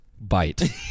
Bite